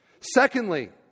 Secondly